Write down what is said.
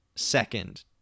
second